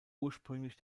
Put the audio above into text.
ursprünglich